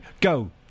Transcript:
Go